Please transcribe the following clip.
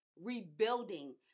Rebuilding